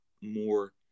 more